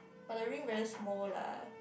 but the ring very small lah